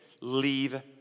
leave